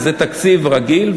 זה התקציב הרגיל,